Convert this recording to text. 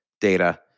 data